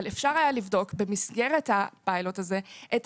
אבל אפשר היה לבדוק במסגרת הפיילוט הזה את